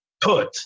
put